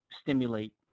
stimulate